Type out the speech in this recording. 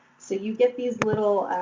so, you get these little